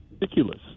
ridiculous